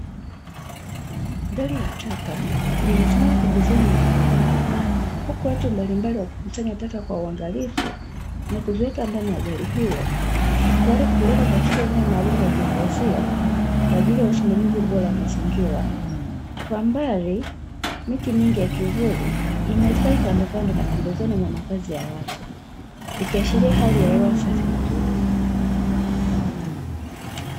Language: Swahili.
Gari la taka limesimama pembezoni mwa barabara, huku watu mbalimbali wakikusanya taka kwa uangalifu na kuziweka ndani ya gari hilo, tayari kuzipeleka eneo maalumu la kuhifadhia kwa ajili ya usimamizi bora wa mazingira. Kwa mbali miti mingi ya kivuli imestawi kandokando na pembezoni mwa makazi ya watu ikiashiria hali ya hewa safi na tulivu .